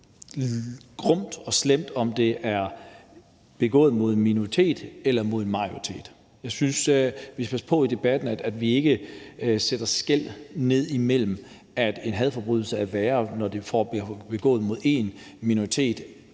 de er grumme og slemme, uanset om de er begået mod en minoritet eller mod en majoritet. Jeg synes, at vi skal passe på med i debatten ikke at sætte skel, så en hadforbrydelse er værre, når den bliver begået af en minoritet